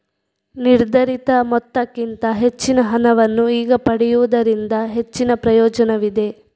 ನಿರ್ಧರಿತ ಮೊತ್ತಕ್ಕಿಂತ ಹೆಚ್ಚಿನ ಹಣವನ್ನು ಈಗ ಪಡೆಯುವುದರಿಂದ ಹೆಚ್ಚಿನ ಪ್ರಯೋಜನವಿದೆ